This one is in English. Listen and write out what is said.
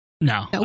No